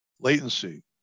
latency